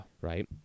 Right